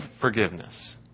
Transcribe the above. forgiveness